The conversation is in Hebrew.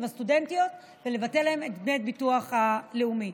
ולסטודנטיות ולבטל להם את דמי הביטוח הלאומי.